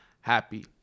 happy